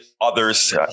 Others